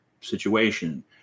situation